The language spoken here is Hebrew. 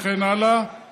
וכן הלאה וכן הלאה,